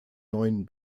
neun